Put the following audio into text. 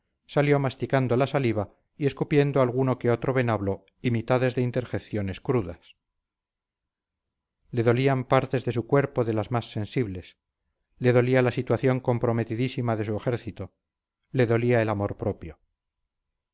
salió masticando la saliva y escupiendo alguno que otro venablo y mitades de interjecciones crudas le dolían partes de su cuerpo de las más sensibles le dolía la situación comprometidísima de su ejército le dolía el amor propio